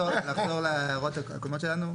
ולחזור להערות הקודמות שלנו.